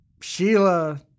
Sheila